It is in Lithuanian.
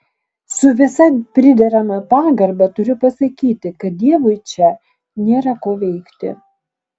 su visa priderama pagarba turiu pasakyti kad dievui čia nėra ko veikti